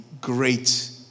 Great